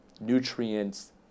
nutrients